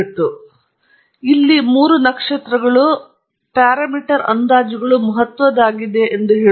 ಮತ್ತು ಇಲ್ಲಿ ಮೂರು ನಕ್ಷತ್ರಗಳು ಪ್ಯಾರಾಮೀಟರ್ ಅಂದಾಜುಗಳು ಮಹತ್ವದ್ದಾಗಿವೆ ಎಂದು ಹೇಳುತ್ತವೆ